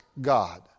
God